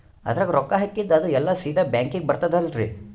ಅದ್ರಗ ರೊಕ್ಕ ಹಾಕಿದ್ದು ಅದು ಎಲ್ಲಾ ಸೀದಾ ಬ್ಯಾಂಕಿಗಿ ಬರ್ತದಲ್ರಿ?